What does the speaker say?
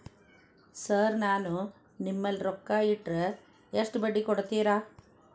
Sir ನಾನು ನಿಮ್ಮಲ್ಲಿ ರೊಕ್ಕ ಇಟ್ಟರ ಎಷ್ಟು ಬಡ್ಡಿ ಕೊಡುತೇರಾ?